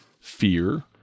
fear